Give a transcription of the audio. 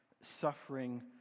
suffering